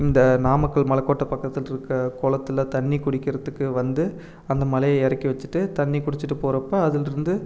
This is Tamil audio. இந்த நாமக்கல் மலைக்கோட்ட பக்கத்தில் இருக்க குளத்துல தண்ணி குடிக்கிறதுக்கு வந்து அந்த மலையை இறக்கி வச்சிவிட்டு தண்ணி குடிச்சிவிட்டு போறப்போ அதில் இருந்து